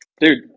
Dude